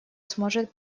сможет